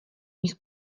nich